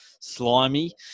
slimy